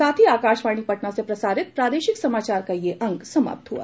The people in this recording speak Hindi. इसके साथ ही आकाशवाणी पटना से प्रसारित प्रादेशिक समाचार का ये अंक समाप्त हुआ